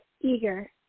Eager